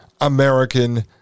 American